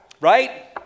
right